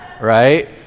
Right